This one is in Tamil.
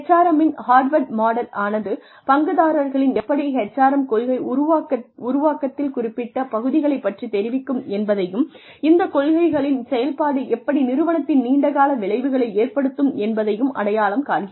HRM இன் ஹார்வர்ட் மாடல் ஆனது பங்குதாரர்களின் நலன்கள் எப்படி HRM கொள்கை உருவாக்கத்தில் குறிப்பிட்ட பகுதிகளைப் பற்றித் தெரிவிக்கும் என்பதையும் இந்த கொள்கைகளின் செயல்பாடு எப்படி நிறுவனத்தின் நீண்டகால விளைவுகளை ஏற்படுத்தும் என்பதையும் அடையாளம் காண்கிறது